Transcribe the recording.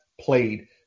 played